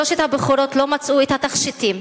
שלוש הבחורות לא מצאו את התכשיטים,